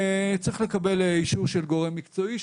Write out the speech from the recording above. צריך לקבל אישור של גורם מקצועי,